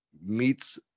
meets